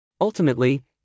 Ultimately